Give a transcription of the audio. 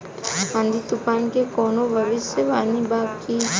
आँधी तूफान के कवनों भविष्य वानी बा की?